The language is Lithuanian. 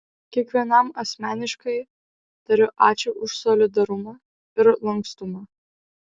kiekvienam asmeniškai tariu ačiū už solidarumą ir lankstumą